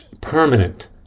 permanent